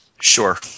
Sure